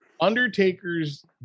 Undertaker's